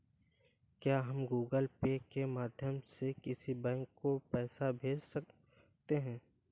क्या हम Google Pay के माध्यम से किसी बैंक को पैसे भेज सकते हैं?